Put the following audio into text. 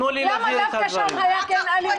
למה דווקא שם הייתה אלימות?